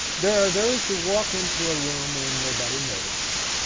there are those who walk into a room and nobody notices.